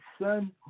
son